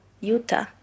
Utah